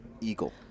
Eagle